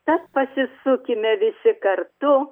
tad pasisukime visi kartu